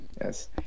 yes